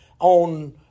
on